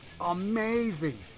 amazing